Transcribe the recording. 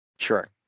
Sure